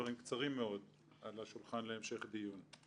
דברים קצרים מאוד על השולחן להמשך דיון.